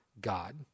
God